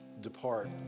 depart